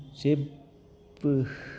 जेबो